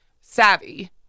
savvy